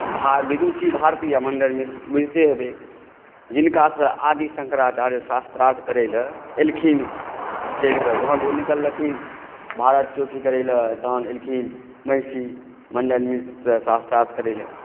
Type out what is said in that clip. विदुषी भारती आ मण्डन मिश्र बुझिते हेबै जिनकासॅं आदि शंकराचार्य शास्त्रार्थ करै लए एलखिन चलिकऽ जहन ओ निकललखिन भारतक अथी करै लए तहन एलखिन महिषी मण्डन मिश्रसॅं शास्त्रार्थ करय लए